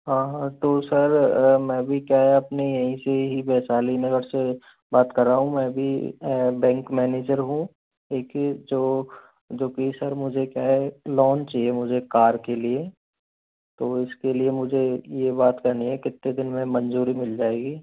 हाँ हाँ तो सर मैं भी क्या अपनी यहीं से ही वैशाली नगर से बात कर रहा हूँ मैं भी बैंक मैनेजर हूँ लेकिन जो जो कि सर मुझे क्या है लोन चाहिए मुझे कार के लिए तो इसके लिए मुझे ये बात करनी है कितने दिन में मंज़ूरी मिल जाएगी